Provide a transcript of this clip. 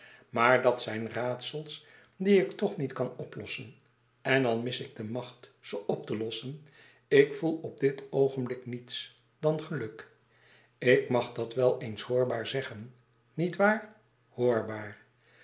maar dat zijn raadsels die ik toch niet kan oplossen en al mis ik de macht ze op te lossen ik voel op dit oogenblik niets dan geluk ik mag dat wel eens hoorbaar zeggen nietwaar horbaar